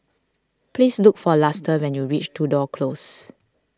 please look for Luster when you reach Tudor Close